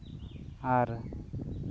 ᱟᱨ